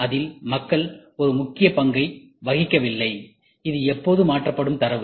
இதில் மக்கள் ஒரு முக்கிய பங்கை வகிக்கவில்லை இது எப்போதும் மாற்றப்படும் தரவு